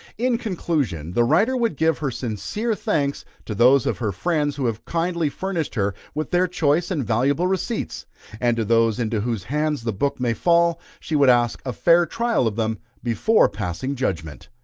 in conclusion, the writer would give her sincere thanks to those of her friends who have kindly furnished her with their choice and valuable receipts and to those into whose hands the book may fall she would ask a fair trial of them before passing judgment.